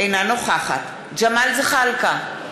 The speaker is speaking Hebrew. אינה נוכחת ג'מאל זחאלקה,